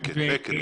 לקט.